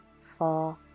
four